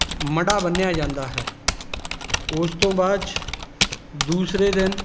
ਮੜ੍ਹਾ ਬੰਨਿਆ ਜਾਂਦਾ ਹੈ ਉਸ ਤੋਂ ਬਾਅਦ 'ਚ ਦੂਸਰੇ ਦਿਨ